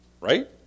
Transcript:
Right